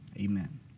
Amen